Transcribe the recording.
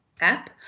app